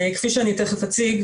כפי שאני תיכף אציג,